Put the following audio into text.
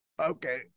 Okay